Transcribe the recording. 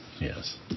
Yes